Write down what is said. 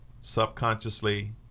subconsciously